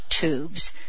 tubes